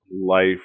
life